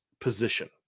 position